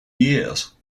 years